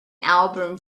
album